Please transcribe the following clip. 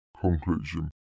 Conclusion